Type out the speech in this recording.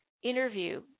Interview